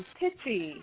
pitchy